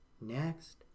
Next